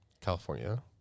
California